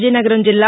విజయనగరం జిల్లా